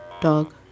Dog